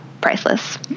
priceless